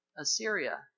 Assyria